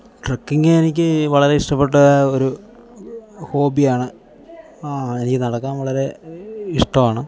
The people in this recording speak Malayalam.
ട്രക്കിംഗ് എനിക്ക് വളരെ ഇഷ്ടപ്പെട്ട ഒരു ഹോബിയാണ് എനിക്ക് നടക്കാൻ വളരെ ഇഷ്ടമാണ്